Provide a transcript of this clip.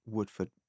Woodford